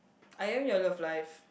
I am your love life